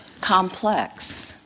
complex